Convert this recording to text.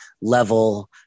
level